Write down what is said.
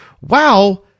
wow